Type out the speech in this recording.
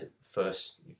first